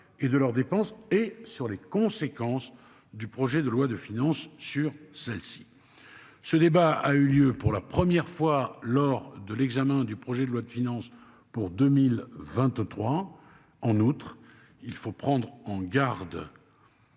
et de leurs dépenses et sur les conséquences du projet de loi de finances sur celle-ci. Ce débat a eu lieu pour la première fois lors de l'examen du projet de loi de finances pour 2023. En outre, il faut prendre en garde.